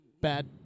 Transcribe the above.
bad